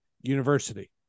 university